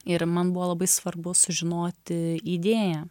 ir man buvo labai svarbu sužinoti idėją